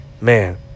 Man